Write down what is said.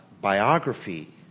biography